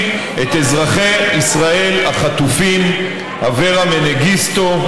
את אזרחי ישראל החטופים: אברה מנגיסטו,